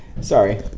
Sorry